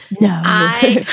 No